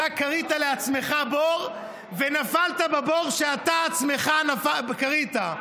אתה כרית לעצמך בור, ונפלת בבור שאתה עצמך כרית.